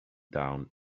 down